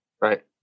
Right